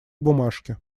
бумажки